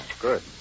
Good